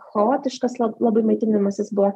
chaotiškas labai maitinimasis buvo